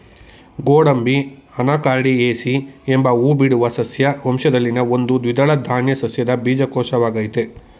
ಗೋಡಂಬಿ ಅನಾಕಾರ್ಡಿಯೇಸಿ ಎಂಬ ಹೂಬಿಡುವ ಸಸ್ಯ ವಂಶದಲ್ಲಿನ ಒಂದು ದ್ವಿದಳ ಧಾನ್ಯ ಸಸ್ಯದ ಬೀಜಕೋಶವಾಗಯ್ತೆ